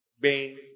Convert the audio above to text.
Bing